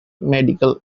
medical